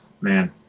Man